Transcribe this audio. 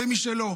ומי שלא,